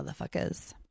motherfuckers